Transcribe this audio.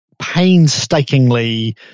painstakingly